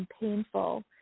painful